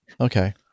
Okay